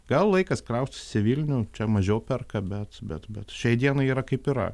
gal laikas kraustytis į vilnių čia mažiau perka bet bet bet šiai dienai yra kaip yra